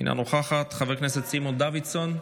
אינה נוכחת, חבר הכנסת סימון דוידסון,